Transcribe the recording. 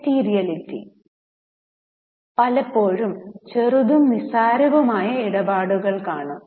materiality പലപ്പോഴും ചെറുതും നിസാരവുമായ ഇടപാടുകൾ കാണും